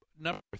number